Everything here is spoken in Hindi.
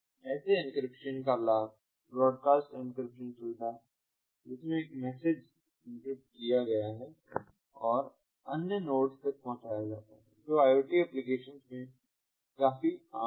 ऐसे एन्क्रिप्शन का लाभ ब्रॉडकास्ट एन्क्रिप्शन सुविधा है जिसमें एक मैसेज एन्क्रिप्ट किया गया है और कई अन्य नोड्स तक पहुंचाया जाता है जो IoT एप्लीकेशन में काफी आम है